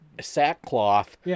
sackcloth